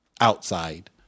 outside